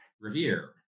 Revere